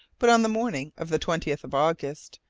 but, on the morning of the twentieth of august,